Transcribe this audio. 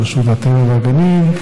מרשות הטבע והגנים,